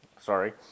sorry